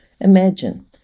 Imagine